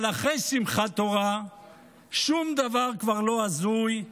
אבל אחרי שמחת תורה שום דבר כבר לא הזוי.